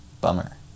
bummer